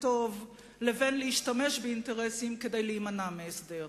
טוב לבין להשתמש באינטרסים כדי להימנע מהסדר.